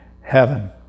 heaven